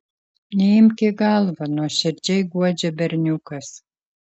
neimk į galvą nuoširdžiai guodžia berniukas